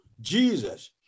Jesus